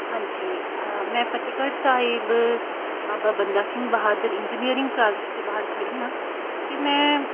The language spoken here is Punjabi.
ਹਾਂਜੀ ਮੈਂ ਫਤਿਹਗੜ੍ਹ ਸਾਹਿਬ ਬਾਬਾ ਬੰਦਾ ਸਿੰਘ ਬਹਾਦਰ ਇੰਜੀਨੀਅਰਿੰਗ ਕਾਲਜ ਦੇ ਬਾਹਰ ਖੜ੍ਹੀ ਹਾਂ ਅਤੇ ਮੈਂ